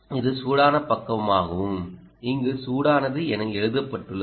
இது சூடான பக்கமாகவும் இங்கு சூடானது என எழுதப்பட்டுள்ளது